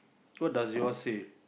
what does yours say